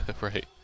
Right